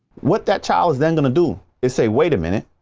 what that child's then gonna do, is say, wait a minute,